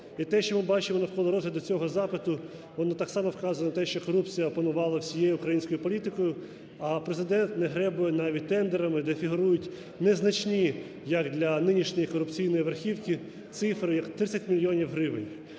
І те, що ми бачимо навколо розгляду цього запиту, воно так само вказує на те, що корупція опонувала всією українською політикою, а Президент не гребує навіть тендерами, де фігурують незначні, як для нинішньої корупційної верхівки цифри, як 30 мільйонів гривень.